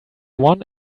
one